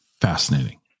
fascinating